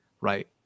right